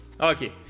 Okay